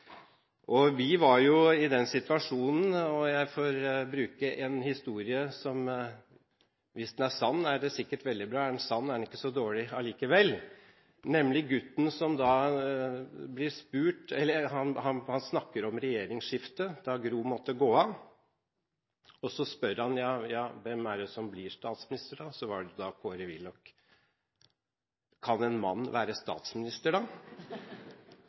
Vi var i den situasjonen – og jeg får bruke en historie som hvis den er sann, sikkert er veldig bra, er den ikke sann, er den ikke så dårlig allikevel, nemlig om gutten som snakker om regjeringsskiftet da Gro måtte gå av, og så spør han: Hvem er det som blir statsminister? Og så var det Kåre Willoch. Kan en mann være statsminister, da,